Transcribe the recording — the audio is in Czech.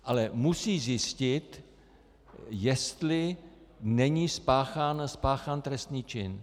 Ale musí zjistit, jestli není spáchán trestný čin.